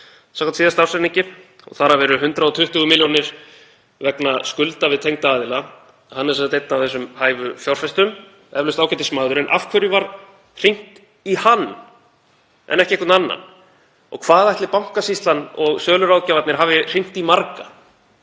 samkvæmt síðasta ársreikningi og þar af eru 120 milljónir vegna skulda við tengda aðila. Hann er sem sagt einn af þessum hæfu fjárfestum, eflaust ágætismaður, en af hverju var hringt í hann en ekki einhvern annan? Og hvað ætli Bankasýslan og söluráðgjafarnir hafi hringt í marga?